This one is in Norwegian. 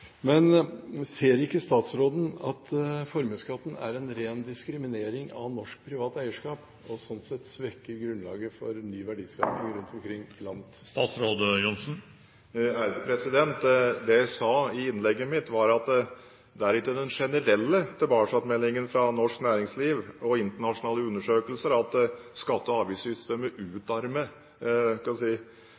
Ser ikke statsråden at formuesskatten er en ren diskriminering av norsk privat eierskap og sånn sett svekker grunnlaget for ny verdiskaping rundt omkring i landet? Det jeg sa i innlegget mitt, var at det er ikke den generelle tilbakemeldingen fra norsk næringsliv og internasjonale undersøkelser at skatte- og avgiftssystemet